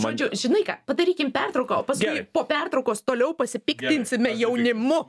žodžiu žinai ką padarykim pertrauką o paskui po pertraukos toliau pasipiktinsime jaunimu